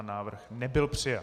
Návrh nebyl přijat.